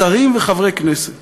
שרים וחברי כנסת